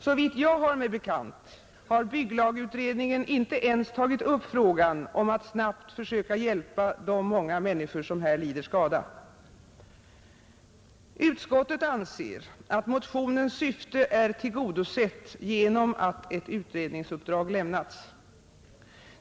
Såvitt jag har mig bekant har 129 bygglagutredningen inte ens tagit upp frågan om att snabbt försöka hjälpa de många människor som här lider skada. Utskottet anser att motionens syfte är tillgodosett genom att ett utredningsuppdrag lämnats.